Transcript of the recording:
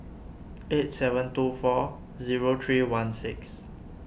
eight seven two four zero three one six